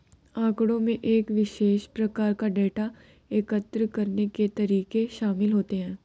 आँकड़ों में एक विशेष प्रकार का डेटा एकत्र करने के तरीके शामिल होते हैं